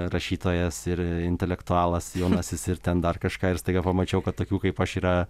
rašytojas ir intelektualas jaunasis ir ten dar kažką ir staiga pamačiau kad tokių kaip aš yra